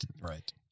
Right